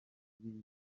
ibintu